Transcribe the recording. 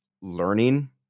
learning